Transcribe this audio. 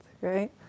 right